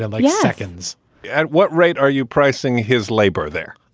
and like yeah. seconds at what rate are you pricing his labor there?